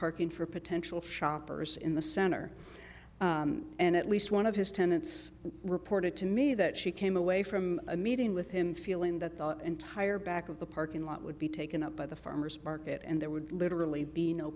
parking for potential shoppers in the center and at least one of his tenants reported to me that she came away from a meeting with him feeling that the entire back of the parking lot would be taken up by the farmer's market and there would literally be no